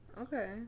Okay